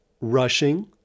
rushing